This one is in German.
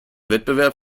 wettbewerb